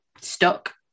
stuck